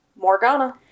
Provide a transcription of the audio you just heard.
Morgana